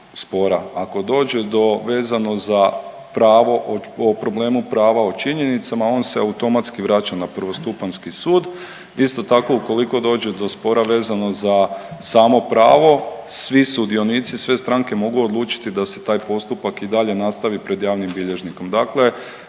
spora ako dođe do vezano za pravo o problemu prava o činjenicama on se automatski vraća na prvostupanjski sud. Isto tako ukoliko dođe do spora vezano za samo pravo svi sudionici sve stranke mogu odlučiti da se taj postupak i dalje nastavi pred javnim bilježnikom. Dakle,